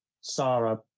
Sarah